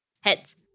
Heads